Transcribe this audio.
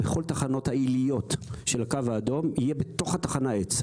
בכול התחנות העיליות של הקו האדום יהיה בתוך התחנה עץ.